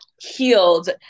healed